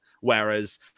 Whereas